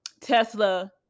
Tesla